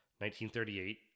1938